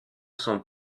son